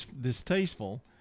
distasteful